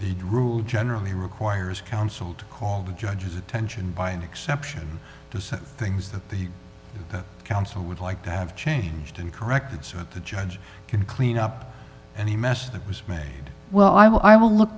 he'd rule generally requires counsel to call the judge's attention by an exception to some things that the counsel would like to have changed and corrected so that the judge can clean up any mess that was made well i will look